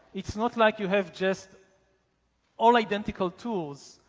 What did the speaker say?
it's not like you have just all identical tools,